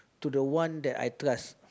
to the one that I trust